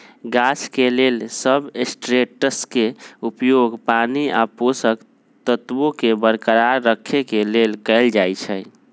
गाछ के लेल सबस्ट्रेट्सके उपयोग पानी आ पोषक तत्वोंके बरकरार रखेके लेल कएल जाइ छइ